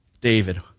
David